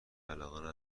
علاقه